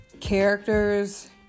characters